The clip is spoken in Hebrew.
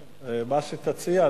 מה אתה רוצה שאציע?